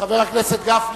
חבר הכנסת גפני,